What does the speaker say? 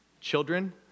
children